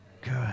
Good